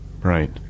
Right